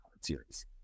Series